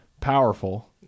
powerful